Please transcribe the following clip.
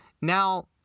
Now